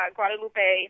Guadalupe